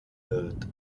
wird